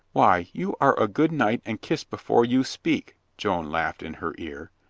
why, you are a good knight and kiss before you speak, joan laughed in her ear,